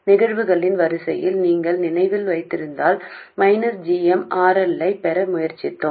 நிகழ்வுகளின் வரிசையை நீங்கள் நினைவில் வைத்திருந்தால் மைனஸ் g m RL ஐப் பெற முயற்சித்தோம்